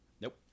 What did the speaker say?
Nope